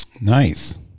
Nice